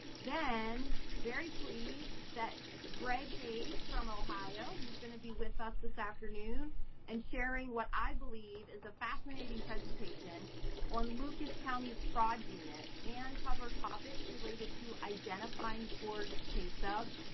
then, very pleased that greg hayes from ohio, he's going to be with us this afternoon and sharing what i believe is a fascinating presentation on lucas county's fraud unit and cover topics related to identifying forged pay subs,